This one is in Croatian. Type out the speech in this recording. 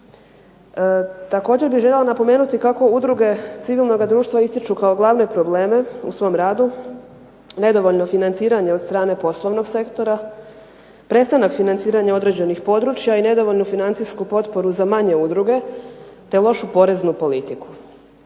Također bih željela napomenuti kako udruge civilnoga društva ističu kao glavne probleme u svom radu nedovoljno financiranje od strane poslovnog sektora, prestanak financiranja određenih područja i nedovoljnu financijsku potporu za manje udruge, te lošu poreznu politiku.